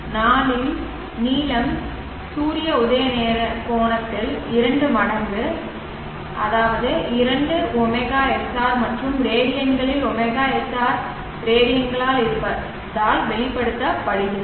நாளின் நீளம் சூரிய உதய நேர கோணத்தில் இரண்டு மடங்கு 2 ωsr மற்றும் ரேடியன்களில் ωsr ரேடியன்களில்இருப்பதால்வெளிப்படுத்தப்படுகிறது